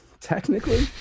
technically